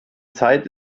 zeit